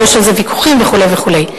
ויש על זה ויכוחים וכו' וכו'.